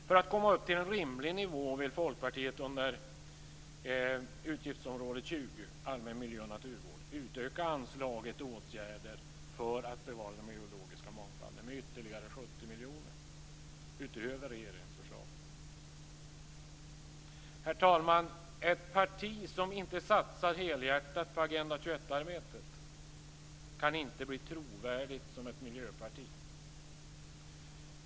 För att komma upp till en rimlig nivå vill Folkpartiet under utgiftsområde 20 Herr talman! Ett parti som inte satser helhjärtat på Agenda 21-arbetet kan inte bli trovärdigt som ett miljöparti.